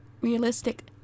realistic